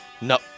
No